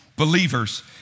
Believers